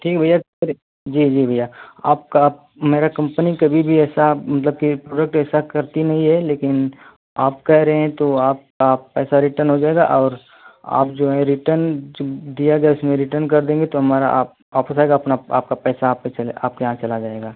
ठीक है भैया जी जी भइया आपका मेरा कम्पनी कभी भी ऐसा मतलब कि प्रोडक्ट ऐसा करती नहीं है लेकिन आप कह रहे हैं तो आपका पैसा रिटन हो जाएगा और आप जो हैं रिटन जो दिया गया है उसमें रिटन कर देंगे तो हमारा आप वापस आएगा अपना आपका पैसा आप पर चले आपके यहाँ चला जाएगा